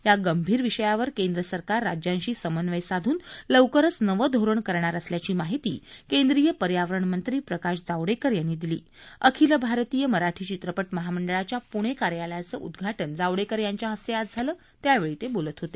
या गंभीर विषयावर केंद्र सरकार राज्यांशी समन्वय साधन लवकरच नवं धोरण करणार असल्याची माहिती केंद्रीय पर्यावरण मंत्री प्रकाश जावडेकर यांनी दिली अखिल भारतीय मराठी चित्रपट महामंडळाच्या प्णे कार्यालयाचं उद्घाटन जावडेकर यांच्या हस्ते आज झालं त्यावेळे ते बोलत होते